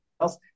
else